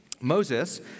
Moses